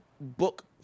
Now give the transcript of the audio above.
book